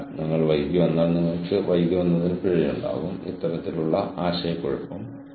അതിനാൽ ശക്തമായ സാമൂഹിക ബന്ധങ്ങളും നെറ്റ്വർക്ക് ലെവൽ പ്രക്രിയയും തമ്മിൽ നിങ്ങൾ സന്തുലിതമാക്കാൻ ശ്രമിക്കുക